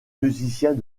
musiciens